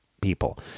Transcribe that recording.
people